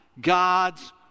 God's